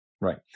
Right